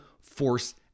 force